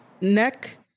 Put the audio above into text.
neck